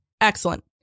Excellent